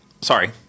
Sorry